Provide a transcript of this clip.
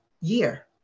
year